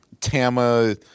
Tama